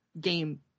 game